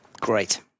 Great